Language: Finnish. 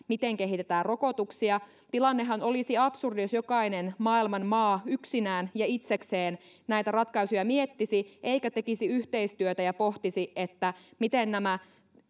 miten kehitetään rokotuksia tilannehan olisi absurdi jos jokainen maailman maa yksinään ja itsekseen näitä ratkaisuja miettisi eikä tekisi yhteistyötä ja pohtisi miten nämä